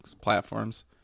platforms